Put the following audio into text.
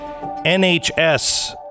NHS